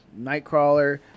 Nightcrawler